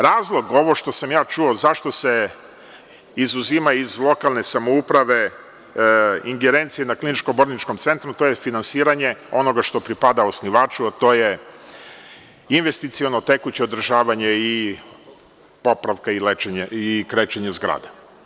Razlog, kako sam ja čuo, zašto se izuzimaju iz lokalne samouprave ingerencije na kliničko-bolničkom centru, to je finansiranje onoga što pripada osnivaču, a to je investiciono tekuće održavanje, popravka i krečenje zgrada.